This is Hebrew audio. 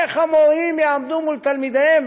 איך המורים יעמדו מול תלמידיהם?